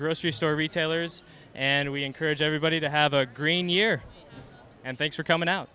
grocery store retailers and we encourage everybody to have a green year and thanks for coming out